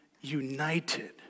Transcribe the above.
united